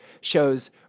shows